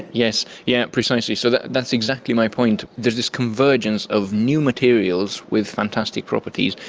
yes, yeah precisely, so that's exactly my point, there's this convergence of new materials with fantastic properties,